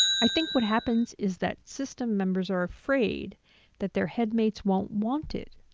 i think what happens is that system members are afraid that their head mates won't want it.